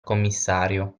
commissario